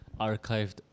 archived